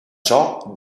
ciò